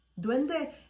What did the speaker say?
Duende